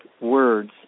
words